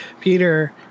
peter